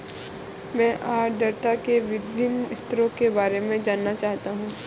मैं आर्द्रता के विभिन्न स्तरों के बारे में जानना चाहता हूं